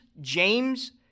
James